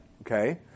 Okay